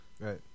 Right